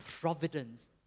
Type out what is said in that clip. providence